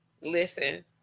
listen